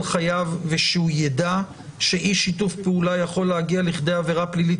חייו ושהוא ידע שאי שיתוף פעולה יכול להגיע לכדי עבירה פלילית?